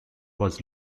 was